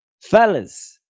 fellas